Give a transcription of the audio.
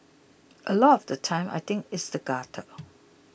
a lot of the time I think it's the gutter